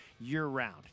year-round